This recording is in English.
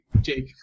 Jake